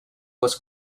was